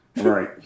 Right